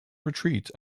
retreat